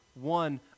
one